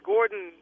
Gordon